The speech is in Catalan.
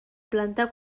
planta